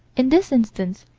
in this instance,